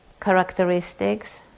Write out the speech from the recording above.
characteristics